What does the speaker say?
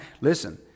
Listen